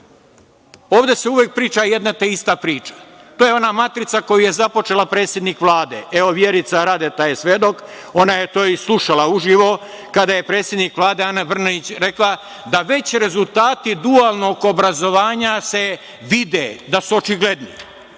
Ovde se uvek priča jedno te ista priča, to je ona matrica koju je započela predsednik Vlade. Evo, Vjerica Radeta je svedok, ona je to i slušala uživo, kada je predsednik Vlade Ana Brnabić rekla da već rezultati dualnog obrazovanja se vide, da su očigledni.